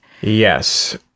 Yes